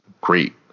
great